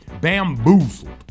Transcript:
bamboozled